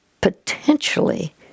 potentially